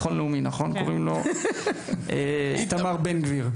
יש לנו שר לביטחון לאומי, שמו איתמר בן גביר.